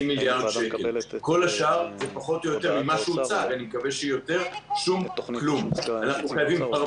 עמים שכירים שיושבים כרגע ומקבלים חל"ת ומקבלים דמי